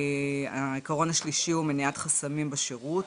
העיקרון השלישי הוא מניעת חסמים בשירות,